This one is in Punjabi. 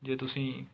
ਜੇ ਤੁਸੀਂ